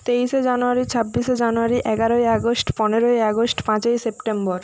তেইশে জানুয়ারি ছাব্বিশে জানুয়ারি এগারোই আগস্ট পনেরোই আগস্ট পাঁচই সেপ্টেম্বর